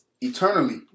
eternally